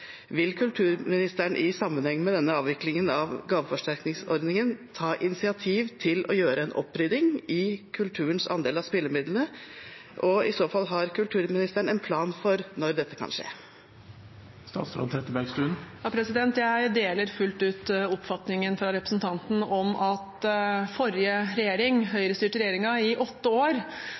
Vil kulturministeren i sammenheng med avviklingen av gaveforsterkningsordningen ta initiativ til å gjøre en opprydning i kulturens andel av spillemidlene? Og har kulturministeren i så fall en plan for når dette kan skje? Jeg deler fullt ut oppfatningen til representanten om at den forrige, høyrestyrte regjeringen i åtte år